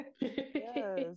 yes